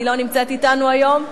היא לא נמצאת אתנו היום,